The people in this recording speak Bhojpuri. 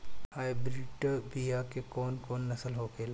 हाइब्रिड बीया के कौन कौन नस्ल होखेला?